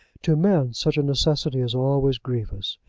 to men such a necessity is always grievous.